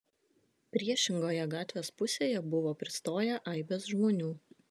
priešingoje gatvės pusėje buvo pristoję aibės žmonių